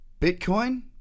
Bitcoin